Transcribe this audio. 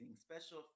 Special